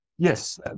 Yes